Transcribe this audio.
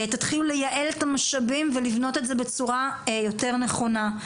תתחילו לייעל את המשאבים ולבנות את זה בצורה יותר נכונה.